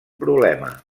problema